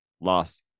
lost